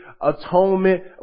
atonement